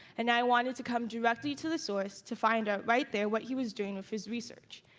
and i wanted to come directly to the source to find out right there what he was doing with his research.